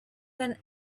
than